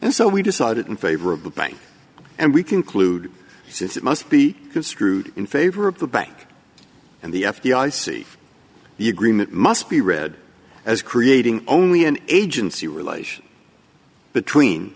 and so we decided in favor of the bank and we conclude since it must be construed in favor of the bank and the f b i see the agreement must be read as creating only an agency relation between